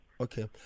Okay